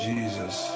Jesus